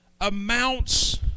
amounts